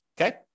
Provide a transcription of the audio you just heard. Okay